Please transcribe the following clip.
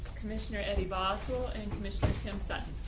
commissioner eddie basile and commissioner tim sutton.